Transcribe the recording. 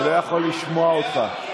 אני לא יכול לשמוע אותך.